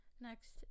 Next